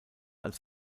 als